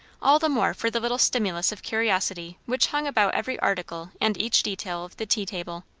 all the more for the little stimulus of curiosity which hung about every article and each detail of the tea-table.